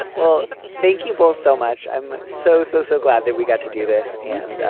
ah well thank you both so much. i'm so so so glad that we got to do this. yes. yeah